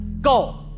go